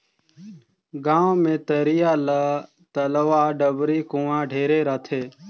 गांव मे तरिया, तलवा, डबरी, कुआँ ढेरे रथें